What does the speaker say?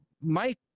Mike